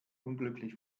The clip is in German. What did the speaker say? unglücklich